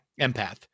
empath